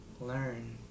learn